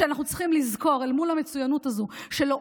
אנחנו צריכים לזכור אל מול המצוינות הזו שלא